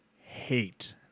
hate